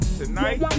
tonight